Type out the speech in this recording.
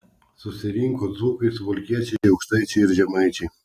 susirinko dzūkai suvalkiečiai aukštaičiai ir žemaičiai